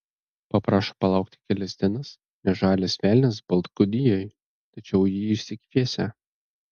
paprašo palaukti kelias dienas nes žalias velnias baltgudijoj tačiau jį išsikviesią